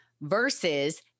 versus